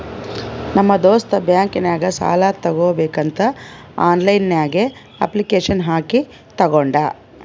ನಮ್ ದೋಸ್ತ್ ಬ್ಯಾಂಕ್ ನಾಗ್ ಸಾಲ ತಗೋಬೇಕಂತ್ ಆನ್ಲೈನ್ ನಾಗೆ ಅಪ್ಲಿಕೇಶನ್ ಹಾಕಿ ತಗೊಂಡ್